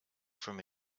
from